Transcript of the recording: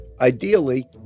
Ideally